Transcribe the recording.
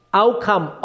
outcome